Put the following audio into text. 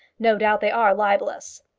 no doubt they are libellous.